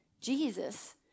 Jesus